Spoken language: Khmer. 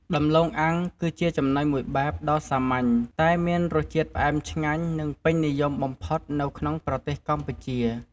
ដំឡូងអាំង គឺជាចំណីមួយបែបដ៏សាមញ្ញ តែមានរសជាតិផ្អែមឆ្ងាញ់ និងពេញនិយមបំផុតនៅក្នុងប្រទេសកម្ពុជា។